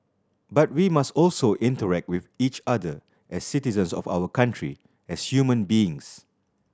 but we must also interact with each other as citizens of our country as human beings